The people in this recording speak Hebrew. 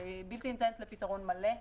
שבלתי ניתנת לפתרון מלא,